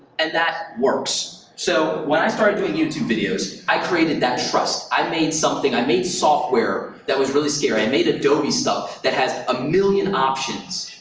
and that works. so when i started doing youtube videos, i created that trust. i made something. i made software that was really scary. i made adobe stuff that has a million options,